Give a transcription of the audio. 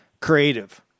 creative